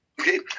okay